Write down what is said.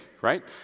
right